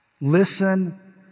listen